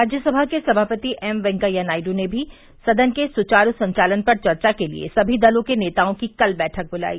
राज्यसमा के सभापति एम वेंकैया नायडू ने भी सदन के सुचारू संचालन पर चर्चा के लिए सभी दलों के नेताओं की कल बैठक ब्लाई